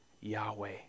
Yahweh